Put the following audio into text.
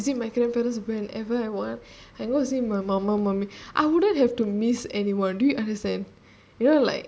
then I can go visit my grandparents whenever I want and go see my mummy I wouldn't have to miss anyone do you understand you know like